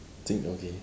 Qing okay